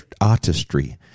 artistry